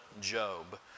Job